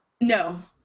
No